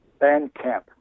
Bandcamp